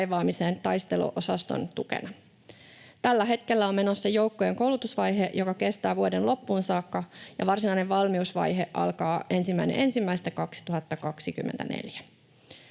taisteluosaston tukena. Tällä hetkellä on menossa joukkojen koulutusvaihe, joka kestää vuoden loppuun saakka, ja varsinainen valmiusvaihe alkaa 1.1.2024.